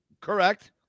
Correct